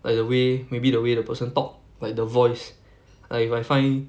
like the way maybe the way the person talk like the voice like if I find